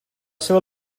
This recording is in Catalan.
seva